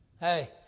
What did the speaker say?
Hey